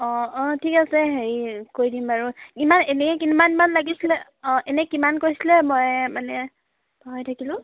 অঁ অঁ ঠিক আছে হেৰি কৈ দিম বাৰু ইমান এনেই কিমানমান লাগিছিলে অঁ এনেই কিমান কৈছিলে মই মানে পাহৰি থাকিলোঁ